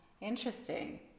Interesting